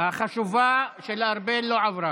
החשובה של ארבל לא עברה.